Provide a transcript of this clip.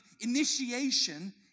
initiation